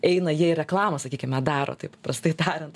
eina jie į reklamą sakykime daro taip paprastai tariant